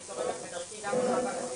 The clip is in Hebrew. אני תורמת בדרכי גם במאבק הסביבתי,